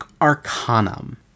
Arcanum